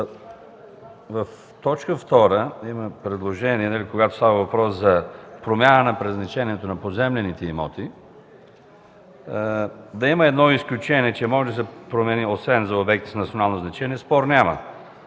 колеги! Имам предложение – в т. 2, когато става въпрос за промяна на предназначението на поземлените имоти, да има едно изключение – че може да се промени, освен за обектите с национално значение, спор няма;